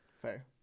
Fair